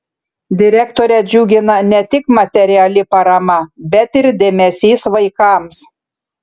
direktorę džiugina ne tik materiali parama bet ir dėmesys vaikams